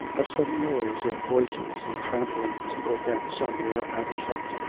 a sudden noise of voices and tramp lings broke out somewhere out of sight.